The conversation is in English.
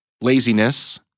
laziness